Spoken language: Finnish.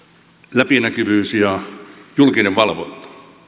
läpinäkyvyys ja julkinen valvonta